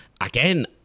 Again